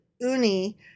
Uni